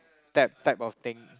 type type of thing